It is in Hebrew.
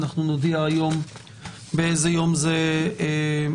אנחנו נודיע היום באיזה יום זה יתקיים.